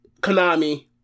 Konami